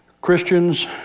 Christians